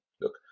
look